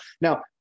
Now